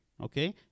okay